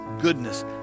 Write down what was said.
goodness